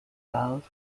valve